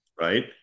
right